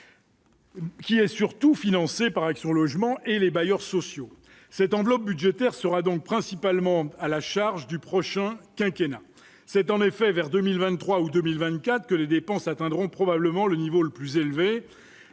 Qui est surtout financée par Action Logement et les bailleurs sociaux, cette enveloppe budgétaire sera donc principalement à la charge du prochain quinquennat c'est en effet vers 2000 23 août 2024 que les dépenses atteindront probablement le niveau le plus élevé,